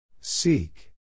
Seek